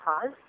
cause